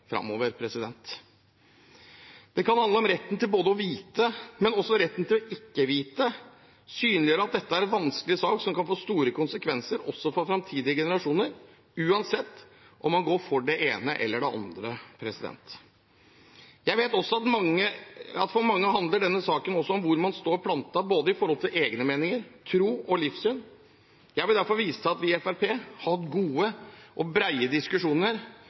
framover. Det kan handle om retten til å vite, men også retten til ikke å vite. Det synliggjør at dette er en vanskelig sak, som kan få store konsekvenser også for framtidige generasjoner uansett om man går for det ene eller det andre. Jeg vet også at for mange handler denne saken om hvor man står plantet når det gjelder egne meninger, tro og livssyn. Jeg vil derfor vise til at vi i Fremskrittspartiet har hatt gode og brede diskusjoner,